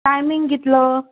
timing कितलो